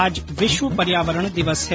आज विश्व पर्यावरण दिवस है